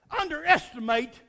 underestimate